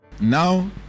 Now